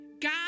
God